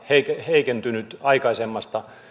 heikentynyt aikaisemmasta